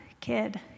kid